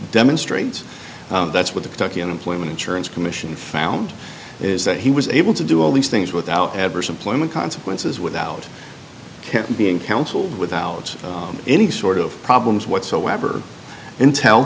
demonstrates that's what the talk in employment insurance commission found is that he was able to do all these things without adverse employment consequences without him being counseled without any sort of problems whatsoever intel